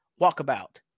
Walkabout